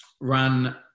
Ran